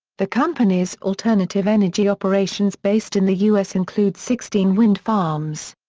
the company's alternative energy operations based in the us include sixteen wind farms.